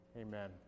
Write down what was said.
Amen